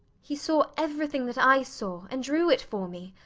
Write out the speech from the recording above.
he saw everything that i saw, and drew it for me.